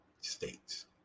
states